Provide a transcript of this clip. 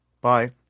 Bye